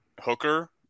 hooker